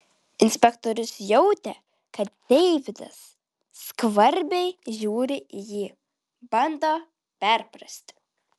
inspektorius jautė kad deividas skvarbiai žiūri į jį bando perprasti